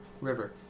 river